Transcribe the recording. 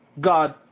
God